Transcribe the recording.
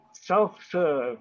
self-serve